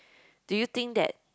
do you think that